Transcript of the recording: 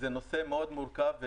זה נושא מאוד מורכב.